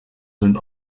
sind